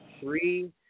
three